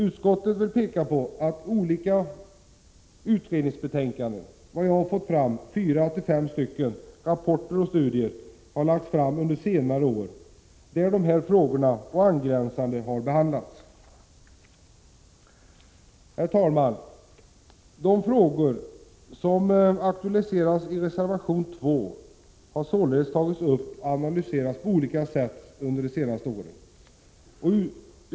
Utskottet vill peka på att olika utredningsbetänkanden — fyra fem stycken, såvitt jag kunnat utröna — rapporter och studier har lagts fram under senare år, där dessa frågor och angränsande frågor behandlats. Herr talman! De frågor som aktualiseras i reservation nr 2 har således tagits upp och analyserats på olika sätt under de senaste åren.